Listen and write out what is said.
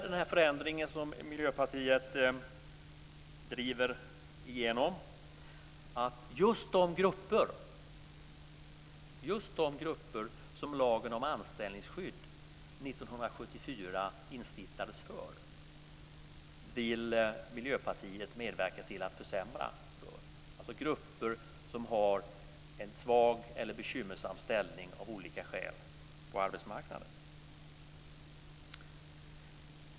Den förändring som Miljöpartiet driver igenom innebär att just de grupper som lagen om anställningsskydd 1974 instiftades för, vill Miljöpartiet medverka till att försämra för. Det är de grupper som av olika skäl har en svag eller bekymmersam ställning på arbetsmarknaden.